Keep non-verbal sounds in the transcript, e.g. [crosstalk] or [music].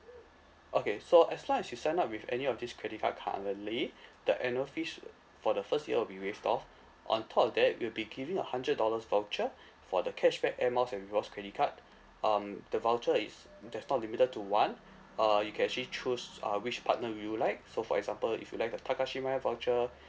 okay so as long as you sign up with any of this credit card currently [breath] the annual fees [noise] for the first year will be waived off on top of that we'll be giving a hundred dollars voucher for the cashback air miles and rewards credit card um the voucher is that's not limited to one uh you can actually choose uh which partner would you like so for example if you like the takashimaya voucher